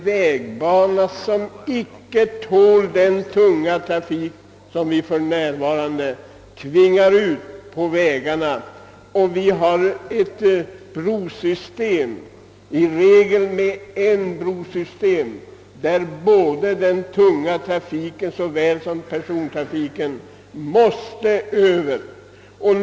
Vägbanan tål inte den tunga trafik som vi för närvarande tvingar ut på vägarna, och brosystemet består i regel av broar med en enda brobana, som både den tunga trafiken och persontrafiken måste använda.